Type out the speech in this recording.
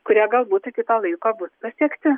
kurie galbūt iki to laiko bus pasiekti